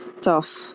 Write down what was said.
tough